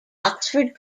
oxford